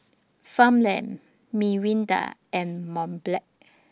Farmland Mirinda and Mont Blanc